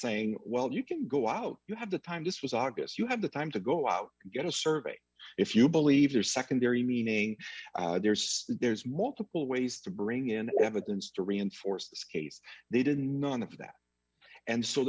saying well you can go out you have the time this was august you have the time to go out get a survey if you believe your secondary meaning that there's multiple ways to bring in evidence to reinforce this case they didn't none of that and so